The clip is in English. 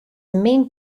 main